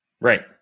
right